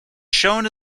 shown